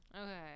Okay